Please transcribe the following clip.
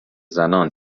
زنان